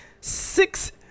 six